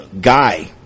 guy